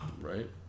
Right